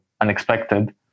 unexpected